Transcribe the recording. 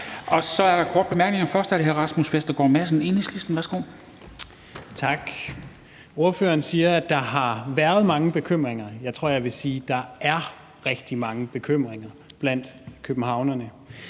Enhedslisten. Værsgo. Kl. 20:36 Rasmus Vestergaard Madsen (EL): Tak. Ordføreren siger, at der har været mange bekymringer. Jeg tror, jeg vil sige, at der er rigtig mange bekymringer blandt københavnerne.